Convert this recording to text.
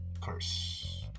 Curse